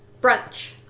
brunch